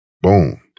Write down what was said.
Boom